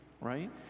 right